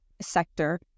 sector